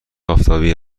آفتابی